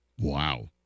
Wow